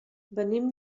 venim